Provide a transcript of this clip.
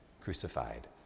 crucified